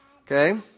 okay